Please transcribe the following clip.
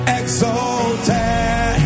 exalted